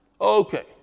Okay